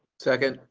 second.